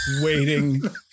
waiting